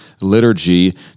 liturgy